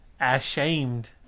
ashamed